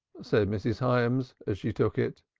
said mrs. hyams, as she took it.